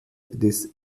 des